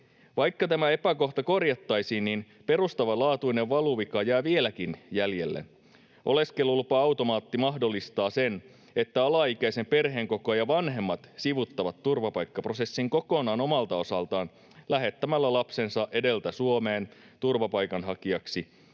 Vaikka tämä epäkohta korjattaisiin, niin perustavanlaatuinen valuvika jää vieläkin jäljelle. Oleskelulupa-automaatti mahdollistaa sen, että alaikäisen perheenkokoajan vanhemmat sivuuttavat turvapaikkaprosessin kokonaan omalta osaltaan lähettämällä lapsensa edeltä Suomeen turvapaikanhakijaksi